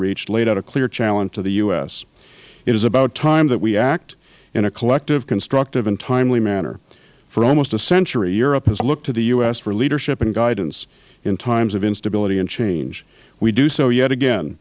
reached laid out a clear challenge to the u s it is about time that we act in a collective constructive and timely manner for almost a century europe has looked to the u s for leadership and guidance in times of instability and change we do so yet again